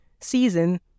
season